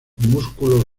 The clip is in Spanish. músculos